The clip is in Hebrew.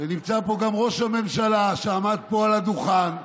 ונמצא פה גם ראש הממשלה, שעמד פה על הדוכן ואמר: